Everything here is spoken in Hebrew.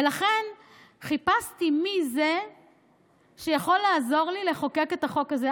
ולכן חיפשתי מי יכול עוזר לי לחוקק את החוק הזה,